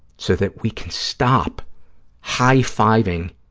so that we can stop high-fiving